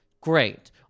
Great